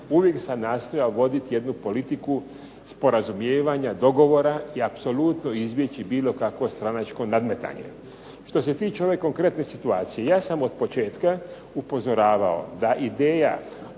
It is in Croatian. Uvijek sam nastojao voditi jednu politiku sporazumijevanja, dogovora i apsolutno izbjeći bilo kakvo stranačko nadmetanje. Što se tiče ove konkretne situacije, ja sam od početka upozoravao da ideja